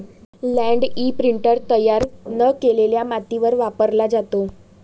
land imprinter तयार न केलेल्या मातीवर वापरला जातो